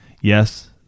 yes